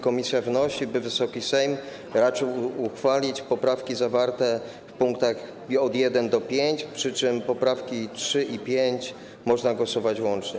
Komisja wnosi, by Wysoki Sejm raczył uchwalić poprawki zawarte w pkt od 1. do 5., przy czym poprawki 3. i 5. można głosować łącznie.